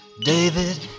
David